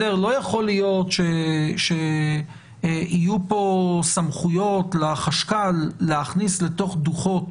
לא יכול להיות שיהיו כאן סמכויות לחשב הכללי להכניס לתוך דוחות